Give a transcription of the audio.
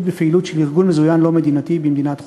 בפעילות של ארגון מזוין לא מדינתי במדינת חוץ,